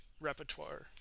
repertoire